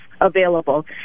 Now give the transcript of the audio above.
available